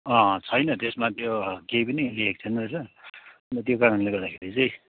अँ छैन त्यसमा त्यो केही पनि लेखेको छैन रहेछ अनि त त्यो कारणले गर्दाखेरि चाहिँ